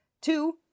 Two